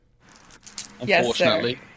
Unfortunately